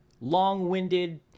long-winded